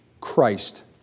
Christ